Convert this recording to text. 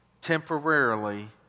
temporarily